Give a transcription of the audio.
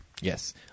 yes